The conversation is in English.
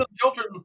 children